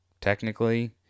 Technically